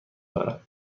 دارد